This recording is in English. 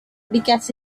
because